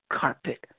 carpet